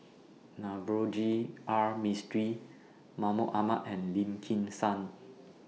Navroji R Mistri Mahmud Ahmad and Lim Kim San